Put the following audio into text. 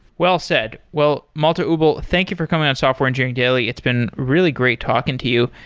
well said. well, malte ubl, thank you for coming on software engineering daily. it's been really great talking to you,